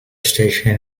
station